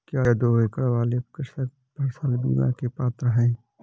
क्या दो एकड़ वाले कृषक फसल बीमा के पात्र हैं?